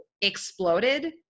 exploded